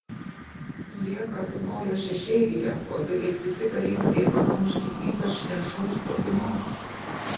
jie pratūnojo šešėlyje kol beveik visi kariai nubėgo atmušti ypač niršaus puolimo